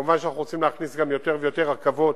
מובן שאנחנו רוצים להכניס יותר ויותר רכבות,